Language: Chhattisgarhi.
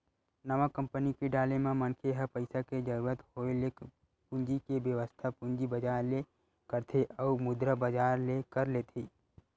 नवा कंपनी के डाले म मनखे ह पइसा के जरुरत होय ले पूंजी के बेवस्था पूंजी बजार ले करथे अउ मुद्रा बजार ले कर लेथे